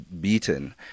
beaten